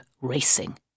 racing